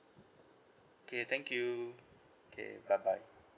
K thank you K bye bye